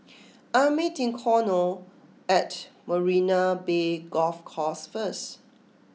I am meeting Connor at Marina Bay Golf Course first